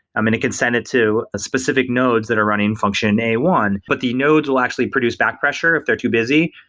i mean, it can send it to a specific nodes that are running function a one, but the nodes will actually produce back-pressure if they're too busy.